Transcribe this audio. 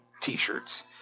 T-shirts